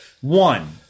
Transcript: One